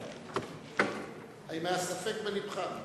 האם היה ספק בלבך?